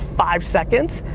five seconds,